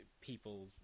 people